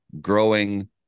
growing